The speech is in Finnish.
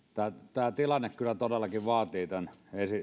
tämä tilanne kyllä todellakin vaatii tämän